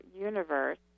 universe